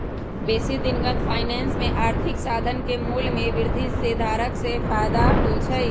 बेशी दिनगत फाइनेंस में आर्थिक साधन के मोल में वृद्धि से धारक के फयदा होइ छइ